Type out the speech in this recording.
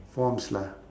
forms lah